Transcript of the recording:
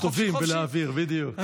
אנחנו טובים בלהעביר, בדיוק.